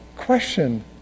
question